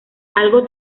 algo